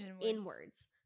inwards